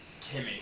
Timmy